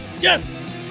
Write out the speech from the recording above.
Yes